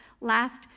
last